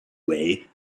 way